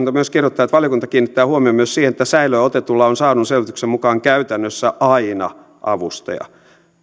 myös kirjoittaa valiokunta kiinnittää huomion myös siihen että säilöön otetulla on saadun selvityksen mukaan käytännössä aina avustaja